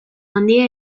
handia